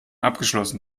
abgeschlossen